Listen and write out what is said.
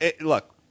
look